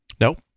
nope